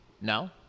No